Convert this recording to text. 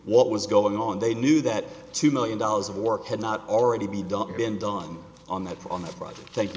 what was going on they knew that two million dollars of work had not already be done been done on that on the project thank you